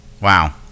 Wow